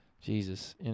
Jesus